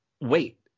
wait